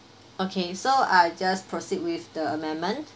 okay so I just proceed with the amendment